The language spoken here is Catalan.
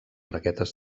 raquetes